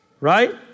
right